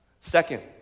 Second